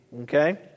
okay